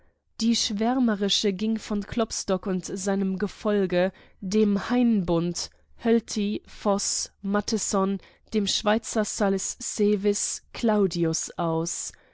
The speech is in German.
die schwärmerische ging von klopstock und seinem gefolge dem hainbund hölty voß matthisson dem schweizer salis seewis claudius aus